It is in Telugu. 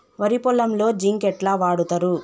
వరి పొలంలో జింక్ ఎట్లా వాడుతరు?